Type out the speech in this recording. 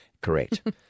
Correct